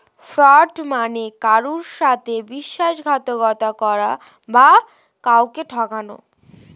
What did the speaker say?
fraud মানে কারুর সাথে বিশ্বাসঘাতকতা করা বা কাউকে ঠকানো